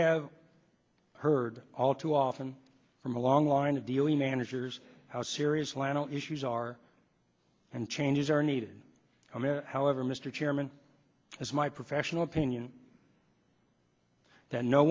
have heard all too often from a long line of dealing and here's how serious lando issues are and changes are needed however mr chairman it's my professional opinion that no